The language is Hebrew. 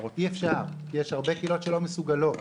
יש הרבה קהילות שלא מסוגלות.